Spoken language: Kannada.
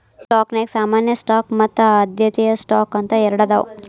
ಸ್ಟಾಕ್ನ್ಯಾಗ ಸಾಮಾನ್ಯ ಸ್ಟಾಕ್ ಮತ್ತ ಆದ್ಯತೆಯ ಸ್ಟಾಕ್ ಅಂತ ಎರಡದಾವ